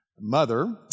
mother